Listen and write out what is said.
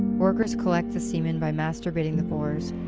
workers collect the semen by masturbating the boars,